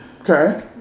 Okay